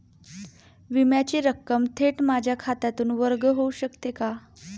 विम्याची रक्कम थेट माझ्या खात्यातून वर्ग होऊ शकते का?